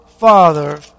Father